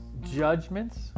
judgments